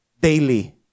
Daily